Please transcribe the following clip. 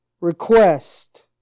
request